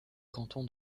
canton